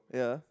yeah